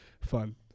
Fun